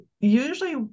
usually